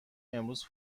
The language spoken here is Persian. امروز